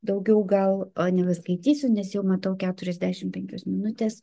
daugiau gal nebeskaitysiu nes jau matau keturiasdešimt penkios minutes